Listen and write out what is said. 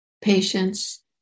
patience